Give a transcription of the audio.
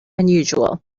unusual